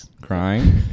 crying